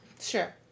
Sure